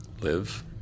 live